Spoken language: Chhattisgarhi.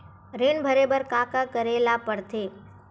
ऋण भरे बर का का करे ला परथे?